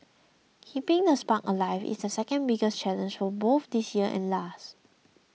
keeping the spark alive is the second biggest challenge for both this year and last